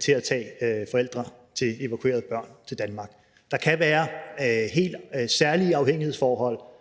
til at tage forældre til evakuerede børn til Danmark. Der kan være helt særlige afhængighedsforhold,